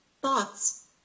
thoughts